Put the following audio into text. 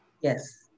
Yes